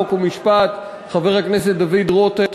חוק ומשפט חבר הכנסת דוד רותם,